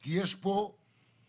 כי יש פה בלנסים,